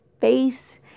face